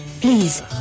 Please